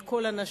על כל אנשיה,